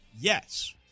yes